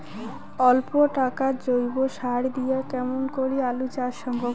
অল্প টাকার জৈব সার দিয়া কেমন করি আলু চাষ সম্ভব?